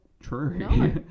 true